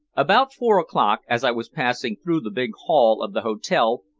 about four o'clock, as i was passing through the big hall of the hotel,